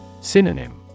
Synonym